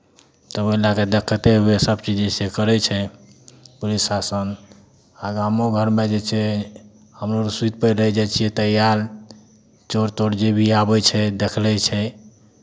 तऽ ओहि लऽ कऽ देखते हुए सभचीज जे छै से करै छै पुलिस शासन आ गामो घरमे जे छै हमहूँ अर सुति पड़ि रहै जाइ छियै तऽ यार चोर तोर जे भी आबै छै देख लै छै